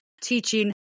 teaching